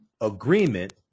agreement